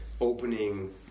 opening